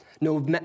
No